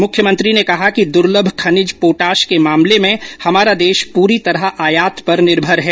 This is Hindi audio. मुख्यमंत्री ने कहा कि दुर्लभ खनिज पोटाश के मामले में हमारा देश पूरी तरह आयात पर निर्भर है